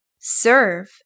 serve